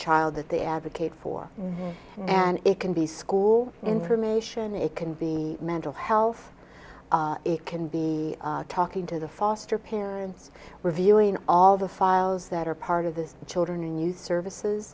child that they advocate for and it can be school information it can be mental health it can be talking to the foster parents reviewing all the files that are part of the children and youth services